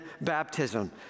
baptism